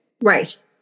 Right